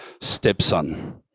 stepson